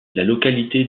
localité